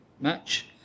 match